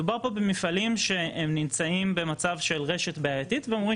מדובר פה במפעלים שנמצאים במצב של רשת בעייתית והם אומרים